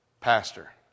Pastor